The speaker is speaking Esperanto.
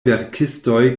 verkistoj